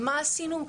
ומה עשינו?